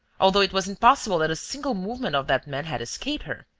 although it was impossible that a single movement of that man had escaped her.